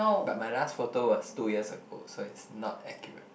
but my last photo was two years ago so it's not accurate